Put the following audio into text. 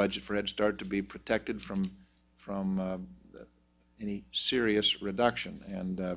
budget for a start to be protected from from the serious reduction and